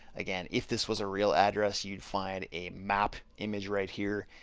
again, if this was a real address you'd find a map image right here.